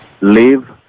Live